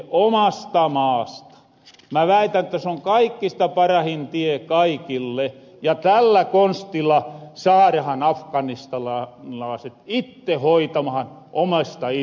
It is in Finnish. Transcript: mä väitän että soon kaikista parahin tie kaikille ja tällä konstilla saarahan afganistanilaaset itte hoitamahan omasta ittestään